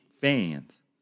fans